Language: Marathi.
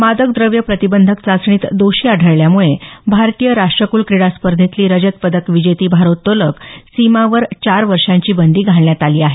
मादक द्रव्य प्रतिबंधक चाचणीत दोषी आढळल्यामुळे भारतीय राष्ट्रकुल क्रिडा स्पर्धेतली रजत पदक विजेती भारोत्तलक सीमावर चार वर्षांची बंदी घालण्यात आली आहे